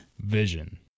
vision